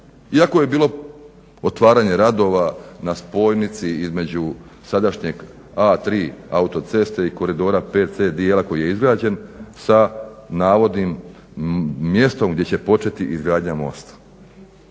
Iako je bilo otvaranja radova na spojnici između sadašnjeg A3 autoceste i koridora 5C koji je izgrađen sa navodnim mjestom gdje će početi izgradnja mosta.